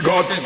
god